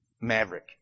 Maverick